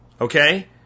okay